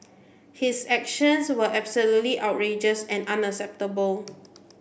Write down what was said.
his actions were absolutely outrageous and unacceptable